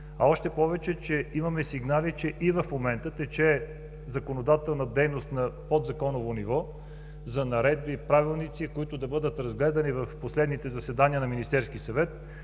Още повече имаме сигнали, че и в момента тече законодателна дейност на подзаконово ниво за наредби и правилници, които да бъдат разгледани в последните заседания на Министерския съвет,